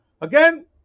again